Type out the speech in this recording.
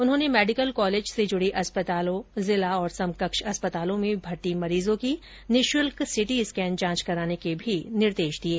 उन्होंने medical college से जुडे अस्पतालों जिला और समकक्ष अस्पतालों में भर्ती मरीजों की निःशुल्क सिटीस्केन जांच कराने के भी निर्देश दिये